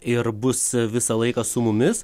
ir bus visą laiką su mumis